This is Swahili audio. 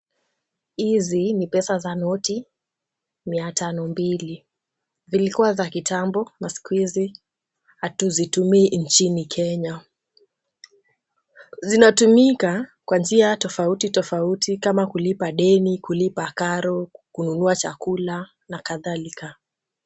Hizi ni pesa za noti mia tano mbili. Zilikuwa za kitambo na siku hizi hatuzitumii nchini kenya. Zinatumika kwa njia tofauti tofauti kama kulipa deni, kulipa karo, kununua chakula nakadhalika.